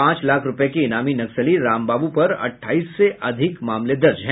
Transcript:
पांच लाख रूपये के इनामी नक्सली रामबाब्र पर अट्ठाईस से अधिक मामले दर्ज है